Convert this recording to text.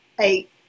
eight